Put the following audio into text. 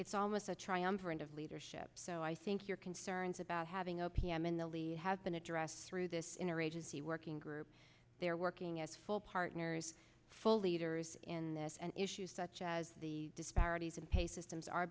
it's almost a triumvirate of leadership so i think your concerns about having o p m in the lead has been addressed through this inner agency working group they're working as full partners full leaders in this and issues such as the disparities in pay systems are